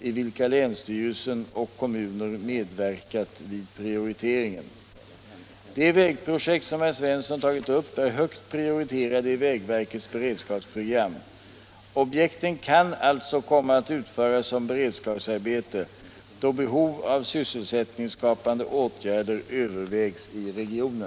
i vilka länsstyrelsen och kommuner medverkat vid prioriteringen. De vägobjekt som herr Svensson har tagit upp är högt prioriterade i vägverkets beredskapsprogram. Objekten kan alltså komma att utföras som beredskapsarbete då behov av sysselsättningsskapande åtgärder övervägs i regionen.